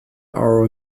are